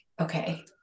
okay